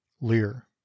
Lear